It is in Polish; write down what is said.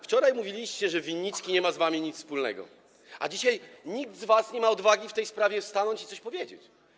Wczoraj mówiliście, że Winnicki nie ma z wami nic wspólnego, a dzisiaj nikt z was nie ma odwagi w tej sprawie wstać i coś powiedzieć.